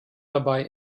dabei